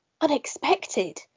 unexpected